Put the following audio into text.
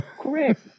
Correct